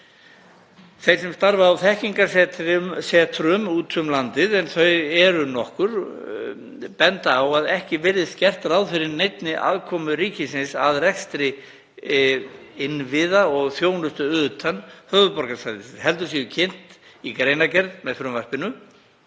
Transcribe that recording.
Þeir sem starfa á þekkingarsetrum úti um landið, en þau eru nokkur, benda á að ekki virðist gert ráð fyrir neinni aðkomu ríkisins að rekstri innviða og þjónustu utan höfuðborgarsvæðisins heldur séu kynnt í greinargerð með frumvarpinu